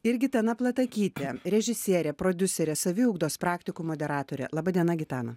ir gitana platakytė režisierė prodiuserė saviugdos praktikų moderatorė laba diena gitana